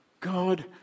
God